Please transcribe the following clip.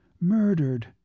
Murdered